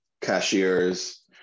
cashiers